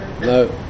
No